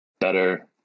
better